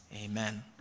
Amen